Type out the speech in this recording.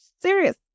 Serious